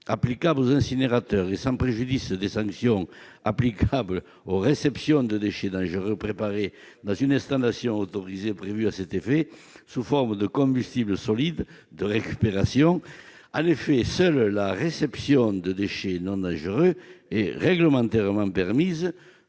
relatif aux incinérateurs, et sans préjudice des sanctions qui existent pour les réceptions de déchets dangereux préparés dans une installation autorisée, prévue à cet effet, sous la forme de combustibles solides de récupération. En effet, seule la réception de déchets non dangereux est réglementairement permise,